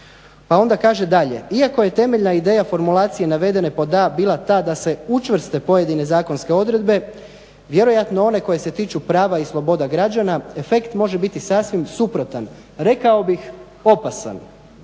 A onda kaže dalje, iako je temeljna ideja formulacije navedene pod a bila ta da se učvrste pojedine zakonske odredbe, vjerojatno one koje se tiču prava i sloboda građana, efekt može biti sasvim suprotan, rekao bih opasan.